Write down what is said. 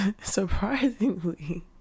surprisingly